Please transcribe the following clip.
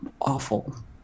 awful